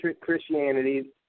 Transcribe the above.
Christianity